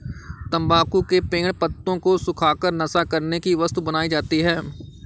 तम्बाकू के पेड़ पत्तों को सुखा कर नशा करने की वस्तु बनाई जाती है